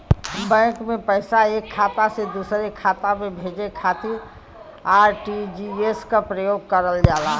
bank में पैसा एक खाता से दूसरे खाता में भेजे खातिर आर.टी.जी.एस क प्रयोग करल जाला